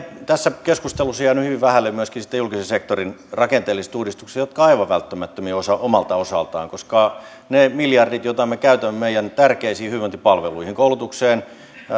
tässä keskustelussa on jäänyt hyvin vähälle myöskin sitten julkisen sektorin rakenteelliset uudistukset jotka ovat aivan välttämättömiä omalta osaltaan koska nekin rahat ne miljardit joita me käytämme meidän tärkeisiin hyvinvointipalveluihimme koulutukseen